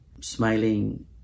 smiling